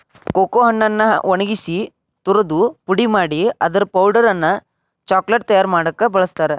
cocoa ಹಣ್ಣನ್ನ ಒಣಗಿಸಿ ತುರದು ಪುಡಿ ಮಾಡಿ ಅದರ ಪೌಡರ್ ಅನ್ನ ಚಾಕೊಲೇಟ್ ತಯಾರ್ ಮಾಡಾಕ ಬಳಸ್ತಾರ